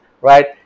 right